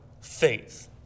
faith